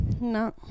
No